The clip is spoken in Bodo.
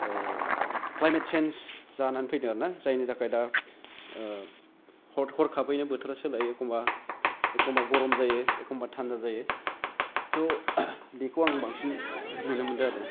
क्लाइमेट सेन्ज जानानै फैदों आरोना जायनि थाखाय दा हद हरखाबैनो बोथोरा सोलायो एखनबा एखनबा गरम जायो एखनबा थान्दा जायो थ' बेखौ आं बांसिन नुनो मोनदों आरो